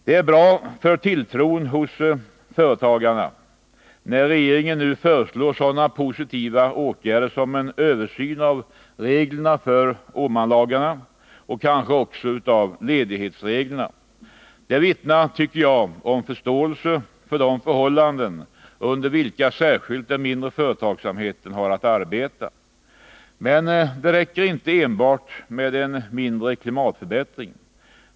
Det är bra för tilltron hos företagarna när regeringen nu föreslår sådana positiva åtgärder som en översyn av reglerna för Åmanlagarna och kanske också av ledighetsreglerna. Det vittnar om förståelse för de förhållanden under vilka särskilt den mindre företagsamheten har att arbeta. Men det räcker inte med enbart en mindre klimatförbättring.